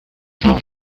quelle